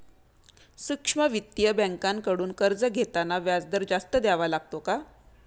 सूक्ष्म वित्तीय बँकांकडून कर्ज घेताना व्याजदर जास्त द्यावा लागतो का?